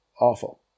Awful